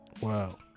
Wow